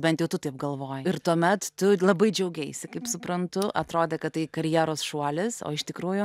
bent jau tu taip galvojai ir tuomet tu labai džiaugeisi kaip suprantu atrodė kad tai karjeros šuolis o iš tikrųjų